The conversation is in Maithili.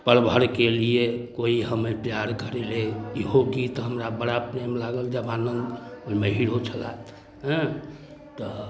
पल भर के लिए कोई हमें प्यार कर ले इहो गीत हमरा बड़ा प्रेम लागल देवानन्द ओहिमे हीरो छलथि हँ तऽ